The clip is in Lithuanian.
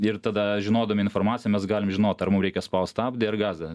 ir tada žinodami informaciją mes galim žinot ar mum reikia spaust stabdį ar gazą